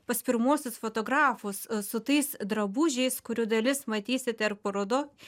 pas pirmuosius fotografus su tais drabužiais kurių dalis matysit ir parodoj